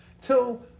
till